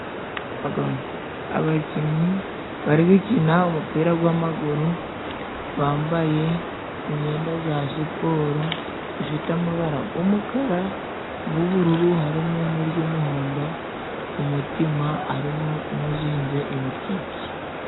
Abakinnyi bari gukina umupira gw'amaguru, bambaye imyenda za siporo zifite amabara g'umukara, g'ubururu harimo n'iry'umuhondo mu mutima harimo n'uzinze imitsatsi.